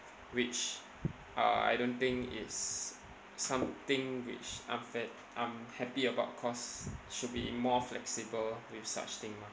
which uh I don't think is something which I'm fair I'm happy about cause should be more flexible with such thing mah